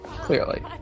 Clearly